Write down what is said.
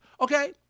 Okay